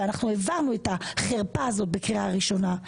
ואנחנו העברנו את החרפה הזאת בקריאה ראשונה,